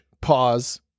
pause